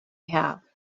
have